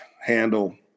handle